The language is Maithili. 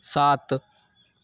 सात